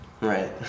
Right